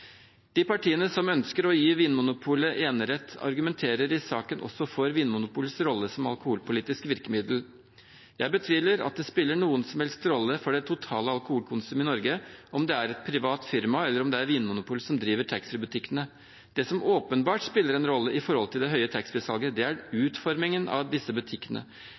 De partiene som ønsker å gi Vinmonopolet enerett, argumenterer i saken også for Vinmonopolets rolle som alkoholpolitisk virkemiddel. Jeg betviler at det spiller noen som helst rolle for det totale alkoholkonsumet i Norge om det er et privat firma eller om det er Vinmonopolet som driver taxfree-butikkene. Det som åpenbart spiller en rolle når det gjelder det høye taxfree-salget, er utformingen av disse butikkene.